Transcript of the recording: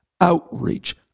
outreach